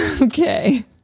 Okay